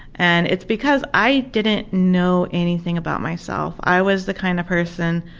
and it's because i didn't know anything about myself. i was the kind of person,